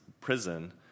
prison